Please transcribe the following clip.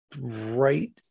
right